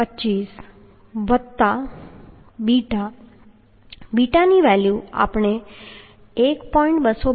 25 વત્તા beta value આપણે 1